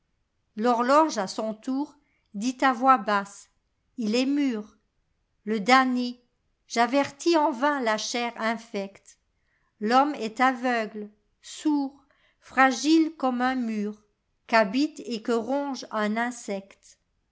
l'horloge à son tour dit à voix basse il est mûrle damné j'avertis en vain la chair infecte l'homme est aveugle sourd fragile comme un mu qu'habite et que ronge un insecte